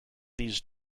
these